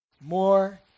More